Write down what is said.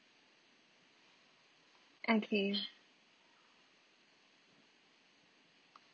okay